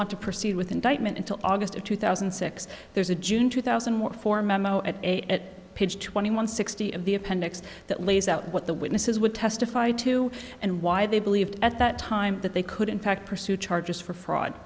want to proceed with indictment until august of two thousand and six there's a june two thousand and four memo at a at page twenty one sixty of the appendix that lays out what the witnesses would testify to and why they believed at that time that they could in fact pursue charges for fraud